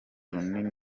runini